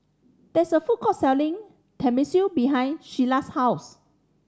there is a food court selling Tenmusu behind Shelli's house